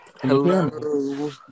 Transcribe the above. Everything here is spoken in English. Hello